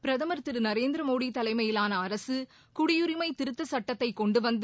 பிரதமர் திருநரேந்திரமோடிதலைமையிலானஅரசுகுடியுரிஸமதிருத்தசட்டத்தைகொண்டுவந்து